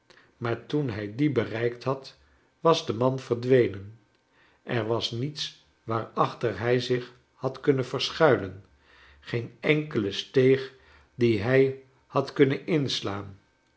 maar toen hij die bereikt had was de man verdwenen er was niets waarachter hij zich had kunnen verschuilen geen enkele steeg die hij had kunnen inslaan